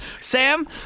Sam